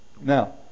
Now